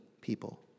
people